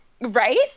right